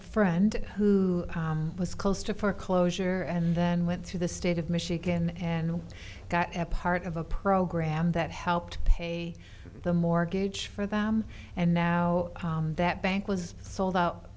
a friend who was close to foreclosure and then went through the state of michigan and got part of a program that helped pay the mortgage for them and now that bank was sold out